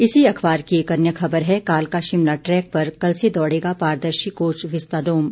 इसी अखबार की एक अन्य खबर है कालका शिमला ट्रैक पर कल से दौड़ेगा पारदर्शी कोच विस्ताडोम